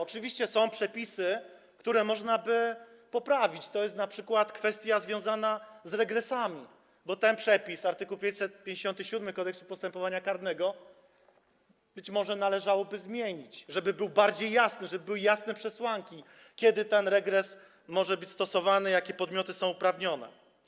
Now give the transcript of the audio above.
Oczywiście są przepisy, które można by poprawić, to jest np. kwestia związana z regresami, bo ten przepis, art. 557 Kodeksu postępowania karnego, być może należałoby zmienić, żeby był bardziej jasny, żeby były jasne przesłanki, kiedy ten regres może być stosowany, jakie podmioty są uprawnione.